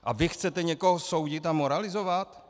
A vy chcete někoho soudit a moralizovat?